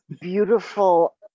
beautiful